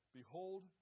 behold